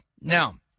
Now